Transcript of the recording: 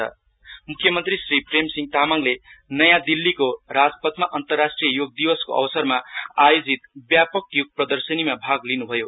CM योगा म्ख्यमन्त्री श्री प्रेमसिंह तामाङले नयाँ दिल्लीको राजपथमा अन्तराष्ट्रिय योग दिवसको अवसरमा आयोजित व्यापक योग प्रदर्शनिमा भाग लिन् भयो